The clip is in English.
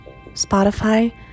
Spotify